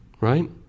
Right